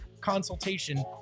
consultation